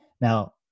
Now